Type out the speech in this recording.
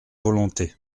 volonté